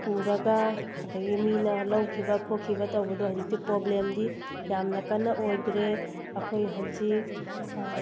ꯄꯨꯔꯒ ꯑꯗꯒꯤ ꯃꯤꯅ ꯂꯧꯈꯤꯕ ꯈꯣꯠꯈꯤꯕ ꯇꯧꯕꯗꯣ ꯍꯧꯖꯤꯛꯇꯤ ꯄꯣꯕ꯭ꯂꯦꯝꯗꯤ ꯌꯥꯝꯅ ꯀꯟꯅ ꯑꯣꯏꯗ꯭ꯔꯦ ꯑꯩꯈꯣꯏ ꯍꯧꯖꯤꯛ